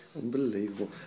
unbelievable